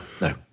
no